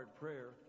prayer